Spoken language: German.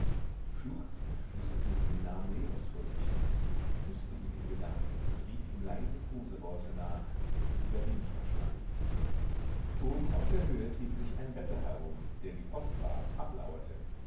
schluchzend flüsterte sie den namen leos vor sich hin küßte ihn in gedanken und rief ihm leise koseworte nach die der wind verschlang oben auf der höhe trieb sich ein bettler herum der die postwagen